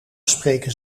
spreken